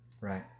Right